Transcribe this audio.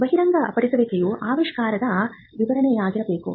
ಬಹಿರಂಗಪಡಿಸುವಿಕೆಯು ಆವಿಷ್ಕಾರದ ವಿವರಣೆಯಾಗಿರಬೇಕು